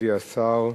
מכובדי השר,